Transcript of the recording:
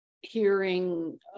hearing